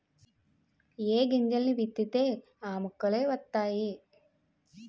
ఏ గింజల్ని విత్తితే ఆ మొక్కలే వతైయి